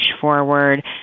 forward